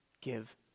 give